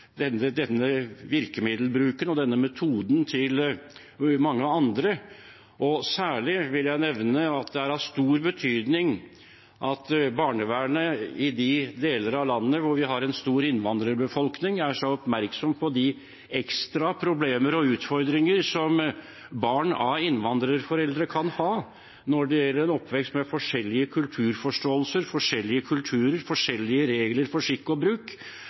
denne virkemiddelbruken og denne metoden til mange andre. Særlig vil jeg nevne at det er av stor betydning at barnevernet i de deler av landet hvor vi har en stor innvandrerbefolkning, er så oppmerksomme på de ekstra problemene og utfordringene som barn av innvandrerforeldre kan ha når det gjelder oppvekst med forskjellige kulturforståelser, forskjellige kulturer og forskjellige regler for skikk og bruk.